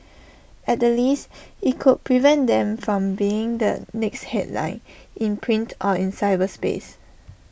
at the least IT could prevent them from being the next headline in print or in cyberspace